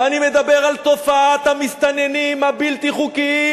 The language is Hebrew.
ואני מדבר על תופעת המסתננים הבלתי-חוקיים,